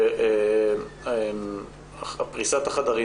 שפריסת החדרים,